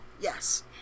Yes